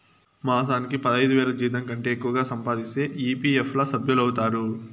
మాసానికి పదైదువేల జీతంకంటే ఎక్కువగా సంపాదిస్తే ఈ.పీ.ఎఫ్ ల సభ్యులౌతారు